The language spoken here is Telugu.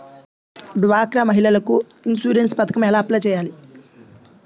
డ్వాక్రా మహిళలకు ఇన్సూరెన్స్ పథకం ఎలా అప్లై చెయ్యాలి?